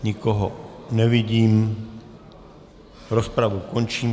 Nikoho nevidím, rozpravu končím.